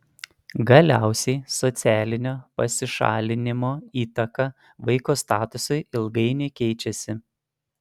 galiausiai socialinio pasišalinimo įtaka vaiko statusui ilgainiui keičiasi